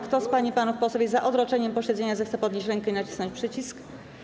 Kto z pań i panów posłów jest za odroczeniem posiedzenia, zechce podnieść rękę i nacisnąć przycisk.